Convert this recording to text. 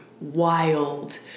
wild